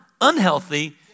unhealthy